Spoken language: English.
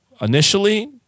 initially